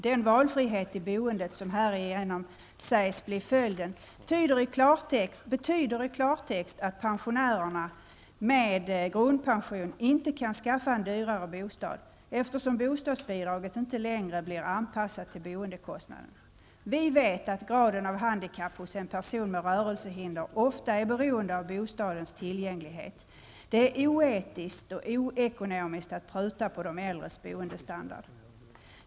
Den valfrihet i boendet som härigenom sägs bli följden betyder i klartext att pensionärer med grundpension inte kan skaffa en dyrare bostad, eftersom bostadsbidraget inte längre blir anpassat till boendekostnaden. Vi vet att graden av handikapp hos en person med rörelsehinder ofta är beroende av bostadens tillgänglighet. Det är oetiskt och oekonomiskt att pruta på de äldres boendestandard.